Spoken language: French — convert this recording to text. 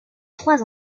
trois